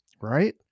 Right